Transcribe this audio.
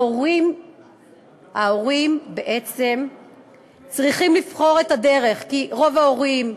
ההורים בעצם צריכים לבחור את הדרך, כי רוב ההורים,